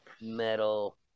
Metal